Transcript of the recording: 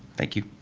thank you.